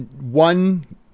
One